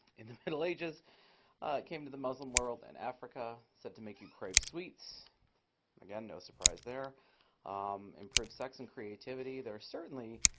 in the middle ages, it came to the muslim world and africa, said to make your crave sweets again, no surprise there improve sex and creativity. there are certainly